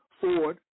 Ford